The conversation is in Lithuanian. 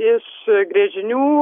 iš gręžinių